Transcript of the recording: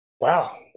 Wow